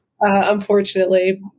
unfortunately